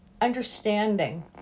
understanding